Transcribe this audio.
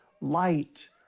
light